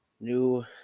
New